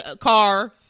car's